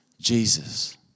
Jesus